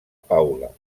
paula